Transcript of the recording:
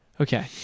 Okay